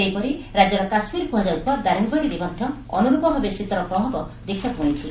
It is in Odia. ସେହିପରି ରାଜ୍ୟର କାଶ୍ମୀର କୁହାଯାଉଥିବା ଦାରିଙ୍ଗବାଡ଼ିରେ ମଧ୍ଧ ଅନୁରୂପ ଭାବେ ଶୀତର ପ୍ରଭାବ ଦେଖ୍ବାକୁ ମିଳିଛି